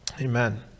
amen